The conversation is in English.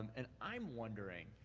and i'm wondering,